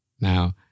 Now